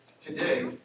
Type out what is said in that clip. today